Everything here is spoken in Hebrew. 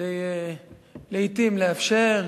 כדי לעתים לאפשר,